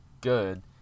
good